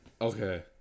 Okay